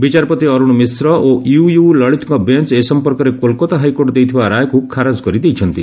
ବିଚାରପତି ଅରୁଣ ମିଶ୍ର ଓ ୟୁୟୁ ଲଳିତଙ୍କ ବେଞ୍ ଏ ସମ୍ପର୍କରେ କୋଲ୍କାତା ହାଇକୋର୍ଟ ଦେଇଥିବା ରାୟକୁ ଖାରଜ କରିଦେଇଛନ୍ତି